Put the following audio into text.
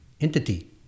entity